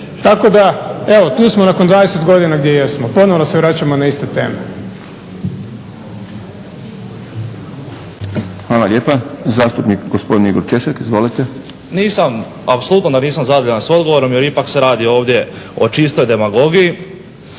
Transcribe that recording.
Tako da evo tu smo nakon 20 godina gdje jesmo, ponovno se vraćamo na iste teme. **Šprem, Boris (SDP)** Hvala lijepa. Zastupnik gospodin Igor Češek. Izvolite. **Češek, Igor (HDSSB)** Nisam, apsolutno da nisam zadovoljan s odgovorom jer ipak se radi ovdje o čistoj demagogiji.